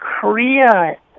Korea